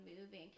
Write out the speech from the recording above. moving